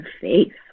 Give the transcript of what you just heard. faith